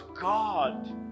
God